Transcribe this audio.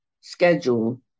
schedule